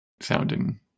sounding